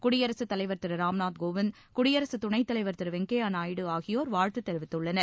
குடியரசுத் தலைவர் திரு ராம்நாத் கோவிந்த் குடியரசு துணைத் தலைவர் திரு வெங்கய்யா நாயுடு ஆகியோர் வாழ்த்து தெரிவித்துள்ளனர்